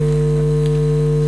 ובעיקר ובעיקר בעיקר שולחי,